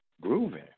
grooving